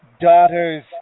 daughter's